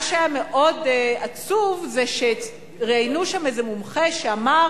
מה שהיה עצוב זה שראיינו שם איזה מומחה שאמר